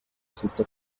sister